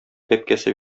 бәбкәсе